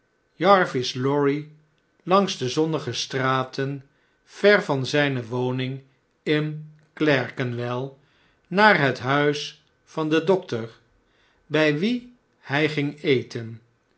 jarvis lorry langs de zonnige straten ver van zjne woning inclerkenwell naar het huis van den dokter bij wien hjj ging eten